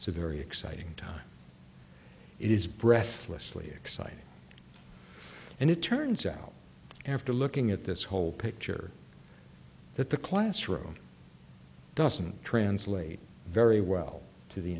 it's a very exciting time it is breathlessly exciting and it turns out after looking at this whole picture that the classroom doesn't translate very well to the